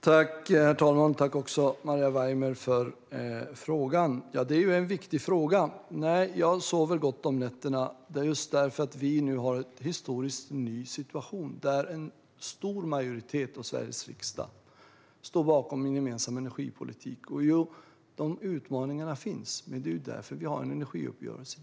Herr talman! Tack för frågan, Maria Weimer! Det är en viktig fråga, men jag sover gott om nätterna just för att vi nu har en historisk och ny situation där en stor majoritet av Sveriges riksdag står bakom en gemensam energipolitik. Utmaningarna finns, men det är därför vi har en energiuppgörelse.